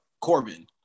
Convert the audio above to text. Corbin